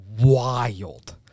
wild